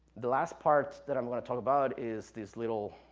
the last part that i'm going to talk about is this little,